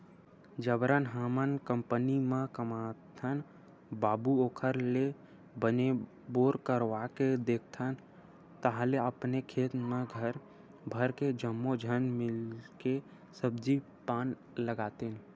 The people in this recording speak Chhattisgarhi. जबरन हमन कंपनी म कमाथन बाबू ओखर ले बने बोर करवाके देखथन ताहले अपने खेत म घर भर के जम्मो झन मिलके सब्जी पान लगातेन